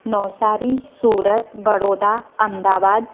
Navsari Surat Vadodara Ahmedabad